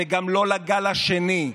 וגם לא לגל השני,